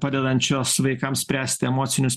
padedančios vaikams spręsti emocinius